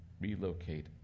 relocate